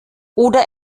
oder